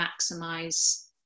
maximize